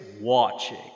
watching